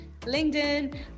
LinkedIn